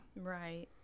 Right